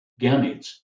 gametes